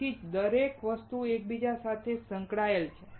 તેથી જ દરેક વસ્તુ એકબીજા સાથે સંકળાયેલ છે